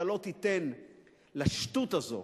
אתה לא תיתן לשטות הזאת,